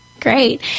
Great